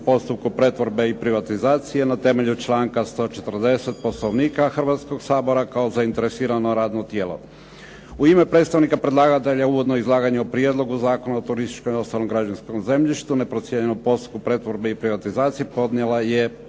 postupku pretvorbe i privatizacije na temelju članka 140. Poslovnika Hrvatskog sabora kao zainteresirano radno tijelo. U ime predstavnika predlagatelja uvodno izlaganje o Prijedlogu Zakona o turističkom i ostalom građevinskom zemljištu neprocijenjenom u postupku pretvorbe i privatizacije podnijela je